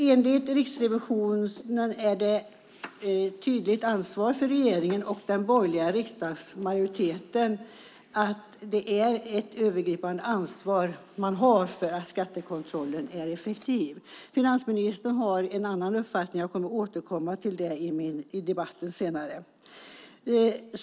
Enligt Riksrevisionen har regeringen och den borgerliga riksdagsmajoriteten ett övergripande ansvar för att skattekontrollen är effektiv. Finansministern har en annan uppfattning. Jag kommer att återkomma till det senare i debatten.